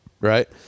right